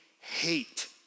hate